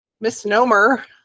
misnomer